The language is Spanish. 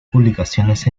publicaciones